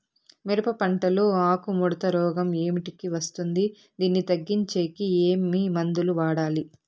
మిరప పంట లో ఆకు ముడత రోగం ఏమిటికి వస్తుంది, దీన్ని తగ్గించేకి ఏమి మందులు వాడాలి?